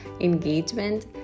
engagement